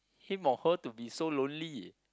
him or her to be so lonely